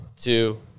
two